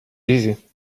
easy